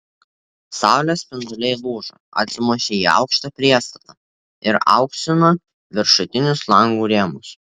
saulės spinduliai lūžo atsimušę į aukštą priestatą ir auksino viršutinius langų rėmus